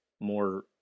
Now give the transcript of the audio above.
more